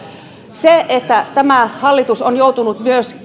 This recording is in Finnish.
tämä hallitus on joutunut